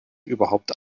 überhaupt